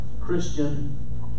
Christian